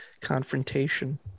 confrontation